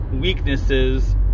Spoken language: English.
weaknesses